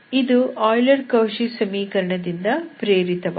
ಇದು Euler Cauchy ಸಮೀಕರಣದಿಂದ ಪ್ರೇರಿತವಾಗಿದೆ